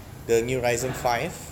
the new rising five